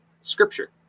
Scripture